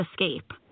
escape